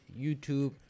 YouTube